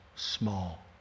small